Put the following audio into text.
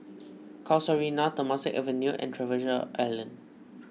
Casuarina Temasek Avenue and Treasure Island